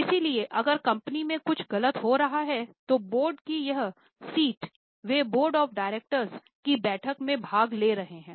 इसलिए अगर कंपनी में कुछ गलत हो रहा है तो बोर्ड की यह सीट वे बोर्ड ऑफ़ डायरेक्टर की बैठक में भाग ले रहे हैं